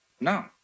No